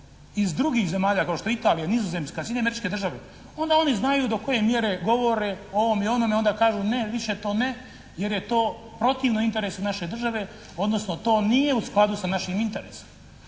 iz drugih zemalja kao što je Italija, Nizozemska, Sjedinjene Američke Države onda oni znaju do koje mjere govore o ovom i onom, i onda kažu ne, više to ne jer je to protivno interesu naše države odnosno to nije u skladu sa našim interesom.